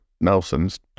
Nelson's